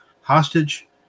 Hostage